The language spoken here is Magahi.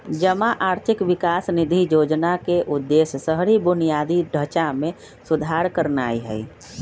जमा आर्थिक विकास निधि जोजना के उद्देश्य शहरी बुनियादी ढचा में सुधार करनाइ हइ